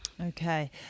Okay